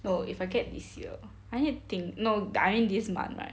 no if I get this year I need think I mean this month right